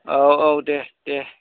औ औ दे दे